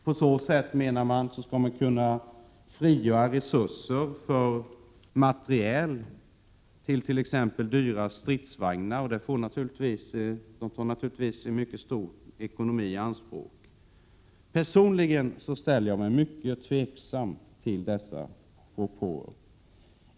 Man menar att det på så sätt skall kunna frigöras resurser för materiel, t.ex. dyra stridsvagnar, som naturligtvis tar mycket stora ekonomiska resurser i anspråk. Personligen ställer jag mig mycket tvivlande till dessa propåer.